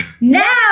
Now